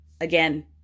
again